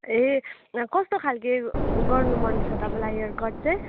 ए कस्तो खालको गर्नु मन छ तपाईँलाई हेयर कट चाहिँ